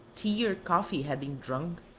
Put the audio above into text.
tea or coffee had been drunk,